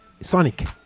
Sonic